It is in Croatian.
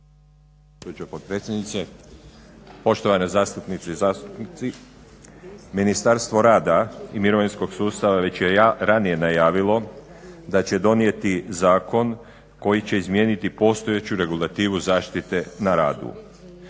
potpredsjednice, poštovane zastupnice i zastupnici. Ministarstvo rada i mirovinskog sustava već je ranije najavilo da će donijeti zakon koji će izmijeniti postojeću regulativu zaštite na radu.